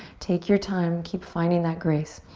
take your time. keep finding that grace.